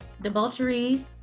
debauchery